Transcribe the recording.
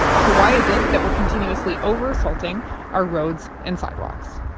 so why is it that we're continuously over-salting our roads and sidewalks?